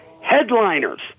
Headliners